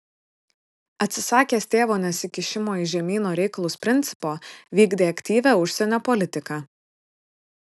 atsisakęs tėvo nesikišimo į žemyno reikalus principo vykdė aktyvią užsienio politiką